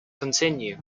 continue